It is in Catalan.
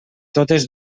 totes